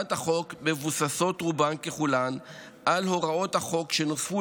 הצעת החוק מבוססות רובן ככולן על הוראות החוק שנוספו